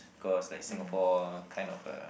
cause like Singapore kind of uh